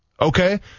Okay